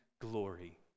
glory